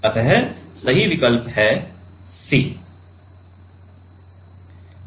अत सही विकल्प c है